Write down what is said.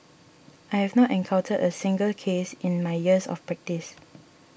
I have not encountered a single case in my years of practice